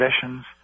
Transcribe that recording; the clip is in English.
possessions